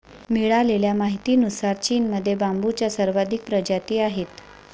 मिळालेल्या माहितीनुसार, चीनमध्ये बांबूच्या सर्वाधिक प्रजाती आहेत